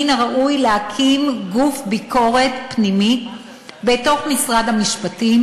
מן הראוי להקים גוף ביקורת פנימי בתוך משרד המשפטים,